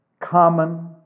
Common